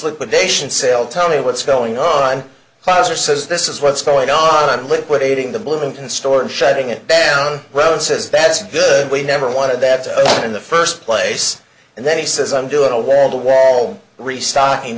liquidation sale tell me what's going on cause or says this is what's going on liquidating the bloomington store and shutting it down well and says that's good we never wanted that in the first place and then he says i'm doing a wall to wall restocking